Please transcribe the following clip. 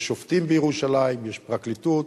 יש שופטים בירושלים, יש פרקליטות,